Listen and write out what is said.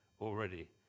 already